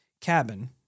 cabin